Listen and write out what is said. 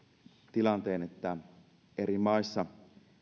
tilanteen että eri maissa